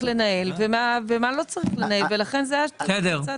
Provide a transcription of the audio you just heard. לנהל ומה לא צריך לנהל ולכן זה תוצאתי.